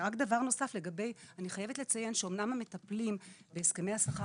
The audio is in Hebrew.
אני חייבת לציין שאמנם המטפלים בהסכמי השכר